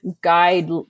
guide